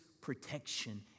protection